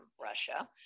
Russia